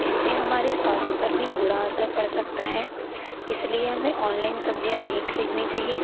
इससे हमारे स्वास्थ्य पर भी बुरा असर पड़ सकता है इसलिए हमें ऑनलाइन सब्ज़ियाँ नहीं खरीदनी चाहिएं